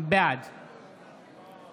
בעד